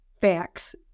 facts